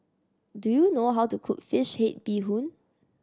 do you know how to cook fish head bee hoon